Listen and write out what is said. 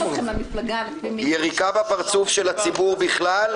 היא יריקה בפרצוף של הציבור בכלל,